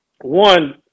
One